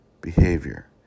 behavior